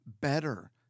better